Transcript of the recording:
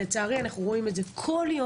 לצערי, אנחנו רואים את זה מדי